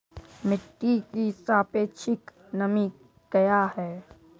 मिटी की सापेक्षिक नमी कया हैं?